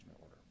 order